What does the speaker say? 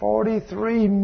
Forty-three